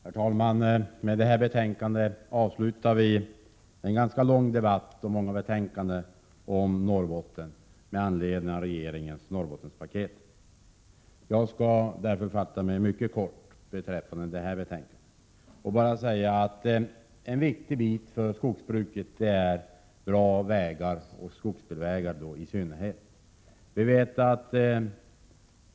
Herr talman! Med debatten om detta betänkande avslutar vi en ganska lång debatt om många betänkanden om Norrbotten med anledning av regeringens Norrbottenspaket. Jag skall därför fatta mig mycket kort beträffande detta betänkande. Det är viktigt för skogsbruket med bra vägar och i synnerhet bra Prot. 1987/88:132 skogsbilvägar.